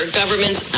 governments